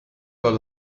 con